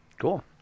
Cool